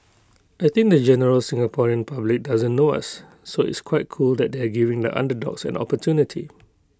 I think the general Singaporean public doesn't know us so it's quite cool that they had giving the underdogs an opportunity